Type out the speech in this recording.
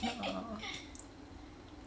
a'ah